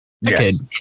Yes